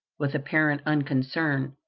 with apparent unconcern,